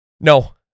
No